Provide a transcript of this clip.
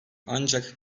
ancak